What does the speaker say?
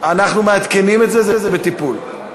אנחנו מעדכנים את זה, זה בטיפול.